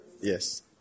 Yes